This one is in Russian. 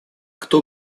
кто